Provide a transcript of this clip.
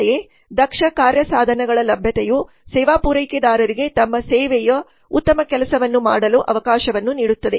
ಅಂತೆಯೇ ದಕ್ಷ ಕಾರ್ಯ ಸಾಧನಗಳ ಲಭ್ಯತೆಯು ಸೇವಾ ಪೂರೈಕೆದಾರರಿಗೆ ತಮ್ಮ ಸೇವೆಯ ಉತ್ತಮ ಕೆಲಸವನ್ನು ಮಾಡಲು ಅವಕಾಶವನ್ನು ನೀಡುತ್ತದೆ